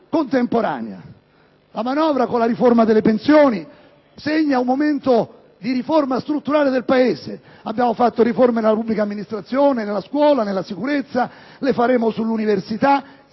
contemporanea. La manovra, con la riforma delle pensioni, segna un momento di riforma strutturale del Paese. Abbiamo fatto riforme nella pubblica amministrazione, nella scuola e nella sicurezza; le faremo nell'università.